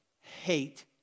hate